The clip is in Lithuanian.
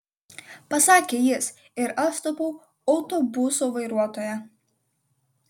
pasakė jis ir aš tapau autobuso vairuotoja